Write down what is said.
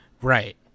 Right